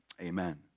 Amen